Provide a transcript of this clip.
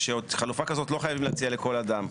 חלופה כזאת לא חייבים להציע לכל אדם.